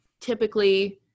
typically